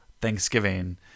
Thanksgiving